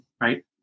Right